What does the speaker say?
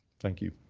thank you.